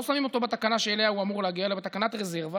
לא שמים אותו בתקנה שאליה הוא אמור להגיע אלא בתקנת רזרבה,